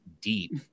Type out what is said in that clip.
deep